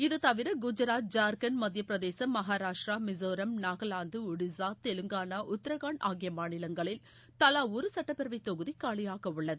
இது தவிர குஜராத் ஜார்கண்ட் மத்தியப் பிரதேசம் மகாராஷ்டிரா மிசோரம் நாகாலாந்து ஒடிசா தெலுங்கானா உத்தரகண்ட் ஆகிய மாநிலங்களில் தவா ஒரு சுட்டப் பேரவைத் தொகுதி காலியாக உள்ளது